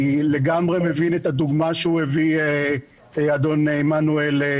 אני לגמרי מבין את הדוגמה שאדון עמנואל הביא